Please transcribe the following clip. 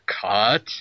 cut